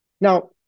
Now